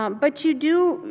um but you do,